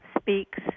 speaks